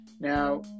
Now